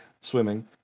swimming